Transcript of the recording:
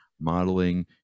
modeling